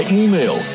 email